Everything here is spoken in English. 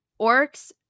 orcs